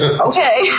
okay